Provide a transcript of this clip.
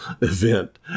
event